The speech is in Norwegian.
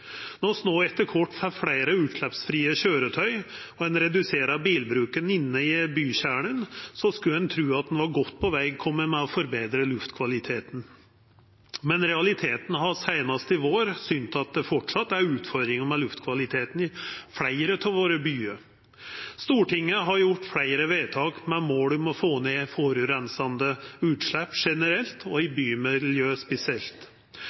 Når vi no etter kvart får fleire utsleppsfrie køyretøy og ein reduserer bilbruken inne i bykjernane, skulle ein tru ein var komen godt på veg med å betra luftkvaliteten. Men realiteten har seinast i vår synt at det framleis er utfordringar med luftkvaliteten i fleire av byane våre. Stortinget har gjort fleire vedtak med mål om å få ned forureinande utslepp generelt og i bymiljø spesielt.